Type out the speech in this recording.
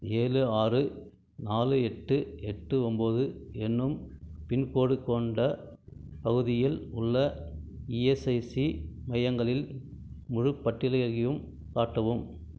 ஏழு ஆறு நாலு எட்டு எட்டு ஒம்பது என்னும் பின்கோடு கொண்ட பகுதியில் உள்ள இஎஸ்ஐசி மையங்களின் முழுப் பட்டியலையும் காட்டவும்